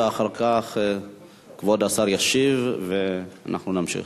ואחר כך כבוד השר ישיב ואנחנו נמשיך.